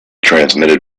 transmitted